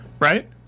Right